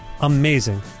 Amazing